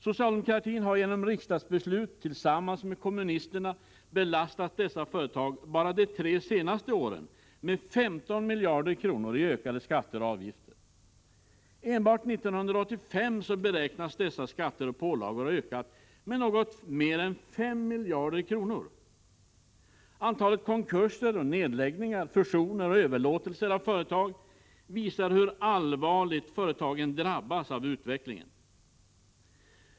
Socialdemokratin har genom riksdagsbeslut, tillsammans med kommunisterna, belastat dessa företag med 15 miljarder kronor i ökade skatter och avgifter enbart under de tre senaste åren. Bara 1985 beräknas dessa skatter och pålagor ha ökat med något mer än 5 miljarder kronor. Antalet konkurser och nedläggningar, fusioner och överlåtelser av företag visar hur allvarligt företagen drabbas av utvecklingen.